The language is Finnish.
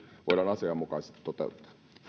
voidaan asianmukaisesti toteuttaa